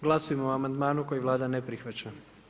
Glasujmo o amandmanu koji Vlada ne prihvaća.